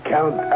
Count